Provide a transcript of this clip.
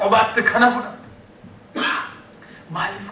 about the kind of my